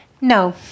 No